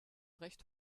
recht